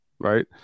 right